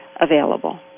available